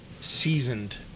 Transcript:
seasoned